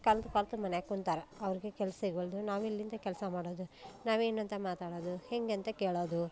ಕಲ್ತು ಕಲ್ತು ಮನೆಯಾಗ ಕುಂತಾರ ಅವ್ರಿಗೇ ಕೆಲಸ ಸಿಗುವಲ್ದು ನಾವು ಎಲ್ಲಿಂದ ಕೆಲಸ ಮಾಡೋದು ನಾವೇನು ಅಂತ ಮಾತಾಡೋದು ಹೇಗೆ ಅಂತ ಕೇಳೋದು